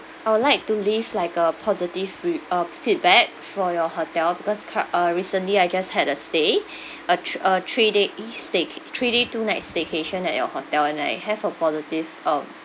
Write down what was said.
I would like to leave like a positive feed~ uh feedback for your hotel because cur~ uh recently I just had a stay a thre~ a three days stayca~ three days two night staycation at your hotel and I have a positive um